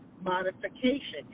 modification